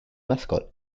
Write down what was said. mascot